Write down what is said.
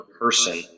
person